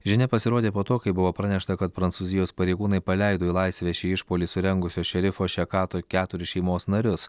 žinia pasirodė po to kai buvo pranešta kad prancūzijos pareigūnai paleido į laisvę šį išpuolį surengusio šerifo šekato keturis šeimos narius